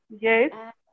Yes